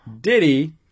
Diddy